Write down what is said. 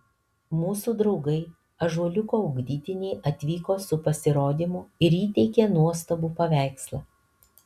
mūsų draugai ąžuoliuko ugdytiniai atvyko su pasirodymu ir įteikė nuostabų paveikslą